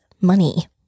money